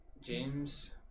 James